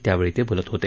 त्यावेळी ते बोलत होते